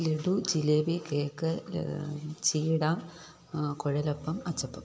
laddu jalebi cake ചീട കുഴലപ്പം അച്ചപ്പം